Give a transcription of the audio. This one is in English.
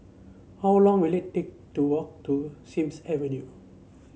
how long will it take to walk to Sims Avenue